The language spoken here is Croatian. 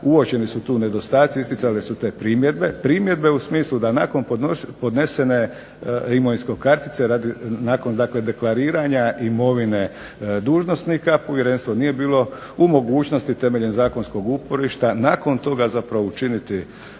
uočeni su tu nedostaci, isticane su te primjedbe. Primjedbe u smislu da nakon podnesene imovinske kartice, nakon dakle deklariranja imovine dužnosnika povjerenstvo nije bilo u mogućnosti temeljem zakonskog uporišta nakon toga zapravo učiniti